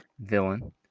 villain